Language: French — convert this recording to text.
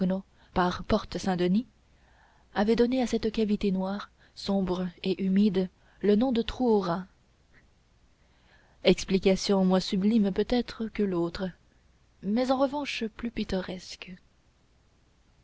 par porte saint-denis avait donné à cette cavité noire sombre et humide le nom de trou aux rats explication moins sublime peut-être que l'autre mais en revanche plus pittoresque